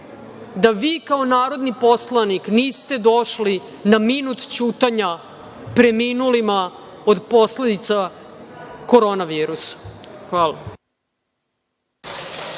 da vi kao narodni poslanik niste došli na minut ćutanja preminulima od posledica Korona virusa. Hvala.